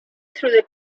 through